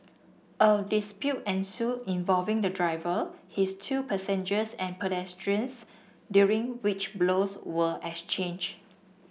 of dispute ensued involving the driver his two passengers and pedestrians during which blows were exchanged